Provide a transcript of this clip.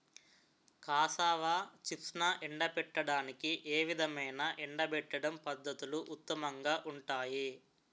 Cassava చిప్స్ను ఎండబెట్టడానికి ఏ విధమైన ఎండబెట్టడం పద్ధతులు ఉత్తమంగా ఉంటాయి?